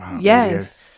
Yes